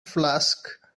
flask